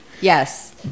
Yes